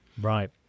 Right